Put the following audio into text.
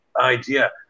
idea